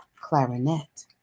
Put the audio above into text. clarinet